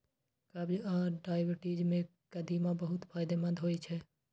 कब्ज आ डायबिटीज मे कदीमा बहुत फायदेमंद होइ छै